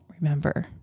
remember